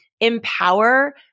empower